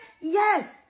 Yes